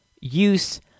use